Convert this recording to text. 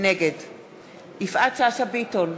נגד יפעת שאשא ביטון,